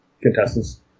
contestants